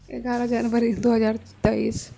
एगारह जनवरी दो हजार तेइस